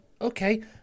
okay